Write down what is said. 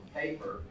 paper